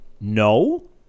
no